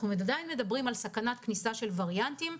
אנחנו עדיין מדברים על סכנת כניסה של וריאנטים,